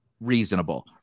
reasonable